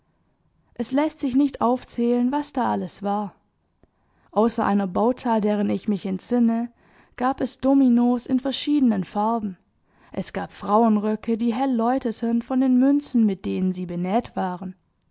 es läßt sich nicht aufzählen was da alles war außer einer bautta deren ich mich entsinne gab es dominos in verschiedenen farben es gab frauenröcke die hell läuteten von den münzen mit denen sie benäht waren